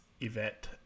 Yvette